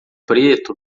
preto